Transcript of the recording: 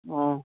অঁ